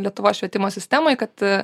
lietuvos švietimo sistemai kad